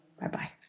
Bye-bye